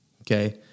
okay